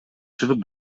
чыгып